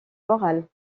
morale